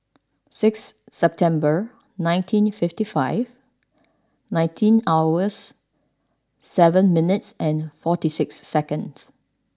six September nineteen fifty five nineteen hours seven mintues and forty six seconds